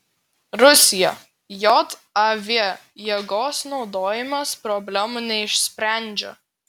rusija jav jėgos naudojimas problemų neišsprendžia